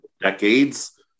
decades